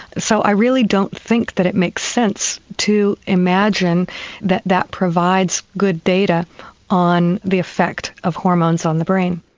so i really don't think that it makes sense to imagine that that provides good data on the effect of hormones on the brain.